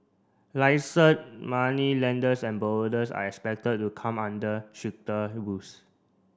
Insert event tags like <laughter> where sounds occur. <unintelligible> moneylenders and borrowers are expected to come under stricter rules